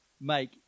make